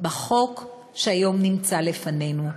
בחוק שהיום נמצא לפנינו,